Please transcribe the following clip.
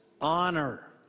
honor